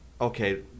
okay